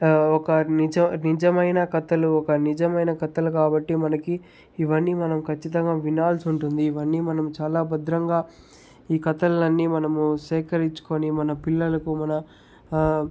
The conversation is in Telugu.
ఒక నిజ నిజమైన కథలు ఒక నిజమైన కథలు కాబట్టి మనకి ఇవన్నీ మనం ఖచ్చితంగా వినాలసి ఉంటుంది ఇవన్నీ మనం చాలా భద్రంగా ఈ కథల్లన్నీ మనము సేకరించుకొని మన పిల్లలకు మన